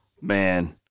Man